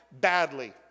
badly